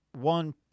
one